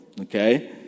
okay